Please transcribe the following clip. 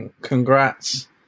Congrats